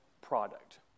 product